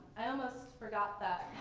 i almost forgot that